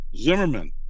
Zimmerman